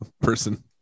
person